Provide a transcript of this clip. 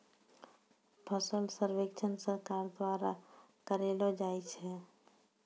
फसल सर्वेक्षण सरकार द्वारा करैलो जाय छै